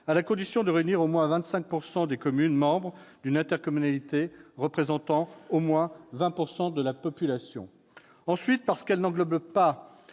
à la condition de réunir au moins 25 % des communes membres d'une intercommunalité représentant au moins 20 % de la population. Ensuite, elle n'englobe pas